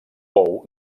pou